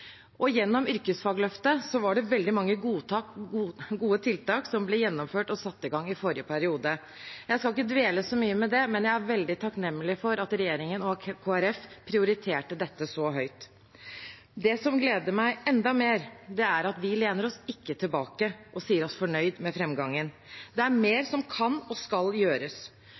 Gjennom yrkesfagløftet var det veldig mange gode tiltak som ble gjennomført og satt i gang i forrige periode. Jeg skal ikke dvele så mye ved det, men jeg er veldig takknemlig for at regjeringen og Kristelig Folkeparti prioriterte dette så høyt. Det som gleder meg enda mer, er at vi ikke lener oss tilbake og sier oss fornøyd med framgangen. Det er mer som kan og skal gjøres.